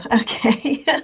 Okay